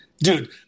Dude